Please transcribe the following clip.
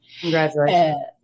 Congratulations